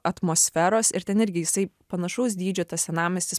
atmosferos ir ten irgi jisai panašaus dydžio tas senamiestis